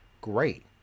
great